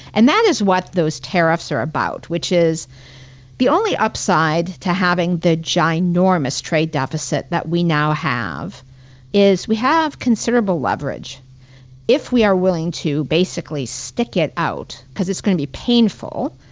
and that is what those tariffs are about. which is the only upside to having the ginormous trade deficit that we now have is we have considerable leverage if we are willing to basically stick it out. cause it's gonna be painful,